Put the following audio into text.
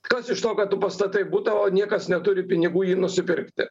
kas iš to kad tu pastatai butą o niekas neturi pinigų jį nusipirkti